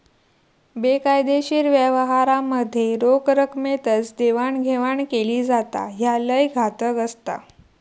बेकायदेशीर व्यवहारांमध्ये रोख रकमेतच देवाणघेवाण केली जाता, ह्या लय घातक असता